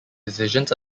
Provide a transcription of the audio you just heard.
decisions